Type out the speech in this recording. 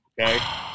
Okay